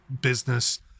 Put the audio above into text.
business